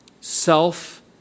Self